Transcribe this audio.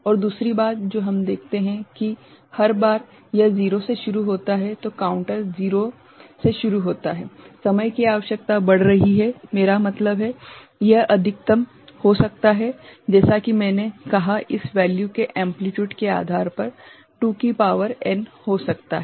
और दूसरी बात जो हम देखते हैं कि हर बार यह 0 से शुरू होता है तो काउंटर 0 से शुरू होता है समय की आवश्यकता बढ़ रही है मेरा मतलब है यह अधिकतम हो सकता है जैसा कि मैंने कहा इस वैल्यू के एम्प्लिट्यूडके आधार पर 2 की शक्ति n हो सकता है